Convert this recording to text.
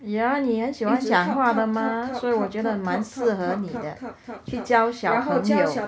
yeah 你很喜欢讲话的嘛所以我觉得蛮适合你的去教小朋友